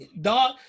dog